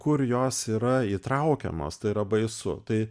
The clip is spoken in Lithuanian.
kur jos yra įtraukiamos tai yra baisu tai